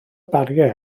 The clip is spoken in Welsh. bariau